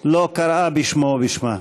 לא קראה בשמו או בשמה?